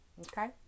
Okay